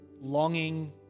longing